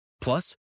Plus